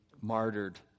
martyred